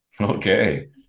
Okay